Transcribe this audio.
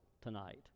tonight